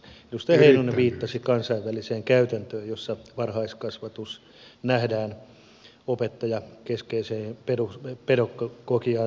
edustaja heinonen viittasi kansainväliseen käytäntöön jossa varhaiskasvatus nähdään opettajakeskeisenä ja pedagogiikkaan perustuvana